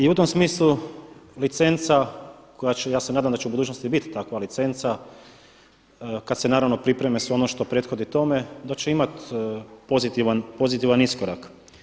I u tom smislu licenca koja će ja se nadam da će u budućnosti biti takva licenca kad se naravno pripremi sve ono što prethodi tome da će imati pozitivan iskorak.